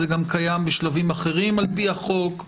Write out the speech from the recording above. זה גם קיים בשלבים אחרים על פי החוק.